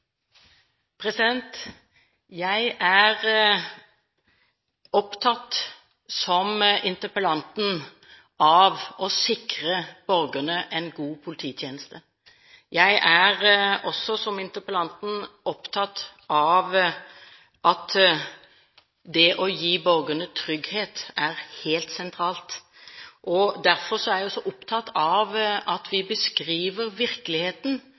Jeg er opptatt, som interpellanten, av å sikre borgerne en god polititjeneste. Jeg er også, som interpellanten, opptatt av at det å gi borgerne trygghet er helt sentralt. Derfor er jeg også opptatt av at vi beskriver virkeligheten,